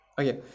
okay